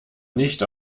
nicht